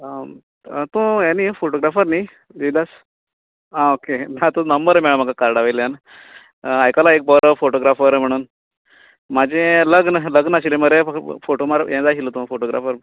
तूं ये न्ही फोटोग्राफर न्ही रोहिदास आ ओके ना तुजो नबंर मेळ्या म्हाका कार्डा वयल्यान आयकलां एक बरो फोटोग्राफर म्हणून म्हाजे लग्न लग्न आशिल्ले मरें म्हाका बरो फोटो मारूंक ये जाय आशिल्लो तो फोटोग्राफर